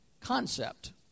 concept